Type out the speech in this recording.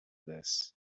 this